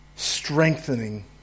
strengthening